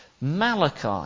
Malachi